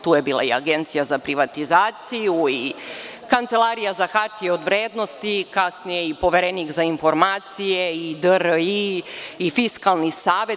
Tu je bila i Agencija za privatizaciju i Kancelarija za hartije od vrednosti, a kasnije i Poverenik za informacije, DRI i Fiskalni savet.